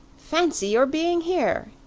fancy your being here!